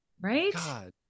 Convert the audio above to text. Right